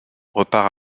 repart